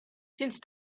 since